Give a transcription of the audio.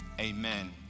Amen